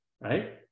right